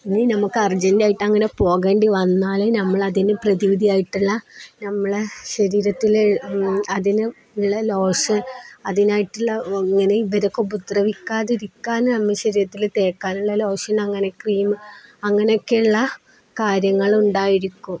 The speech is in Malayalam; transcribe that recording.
ഇനി നമുക്ക് അർജൻറ്റായിട്ട് അങ്ങനെ പോകേണ്ടിവന്നാല് നമ്മളതിന് പ്രതിവിധിയായിട്ടുള്ള നമ്മുടെ ശരീരത്തില് അതിനുള്ള ലോഷന് അതിനായിട്ടുള്ള ഇങ്ങനെ ഇവരൊക്കെ ഉപദ്രവിക്കാതിരിക്കാനും നമ്മുടെ ശരീരത്തില് തേക്കാനുള്ള ലോഷന് അങ്ങനെ ക്രീം അങ്ങനെയൊക്കെയുള്ള കാര്യങ്ങളുണ്ടായിരിക്കും